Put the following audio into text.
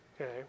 okay